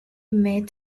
met